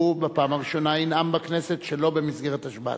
שהוא בפעם הראשונה ינאם בכנסת שלא במסגרת השבעתו.